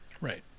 Right